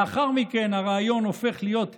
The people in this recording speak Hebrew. לאחר מכן הרעיון הופך להיות הגיוני,